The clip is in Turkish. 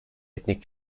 etnik